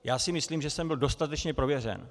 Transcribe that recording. Já si myslím, že jsem byl dostatečně prověřen.